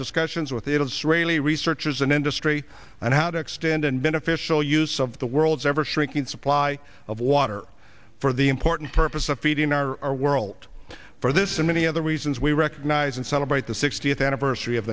discussions with the adults really researchers and industry and how to extend and beneficial use of the world's ever shrinking supply of water for the important purpose of feeding our world for this and many other reasons we recognize and celebrate the sixtieth anniversary of